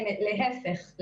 להיפך,